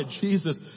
Jesus